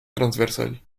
transversal